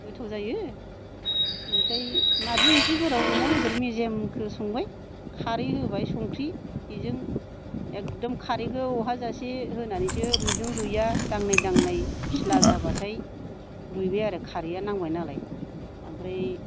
गोथाव जायो ओमफ्राय नारजि ओंख्रिफोराव अमा बेद'र मेजेमखौ संबाय खारै होबाय संख्रि बेजों एकदम खारैखौ अहाजासे होनानैसो रुयदों रुया दांनाय दांनाय फिस्ला जाबाथाय रुयबाय आरो खारैया नांबाय नालाय आमफ्राय